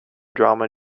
drama